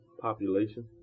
population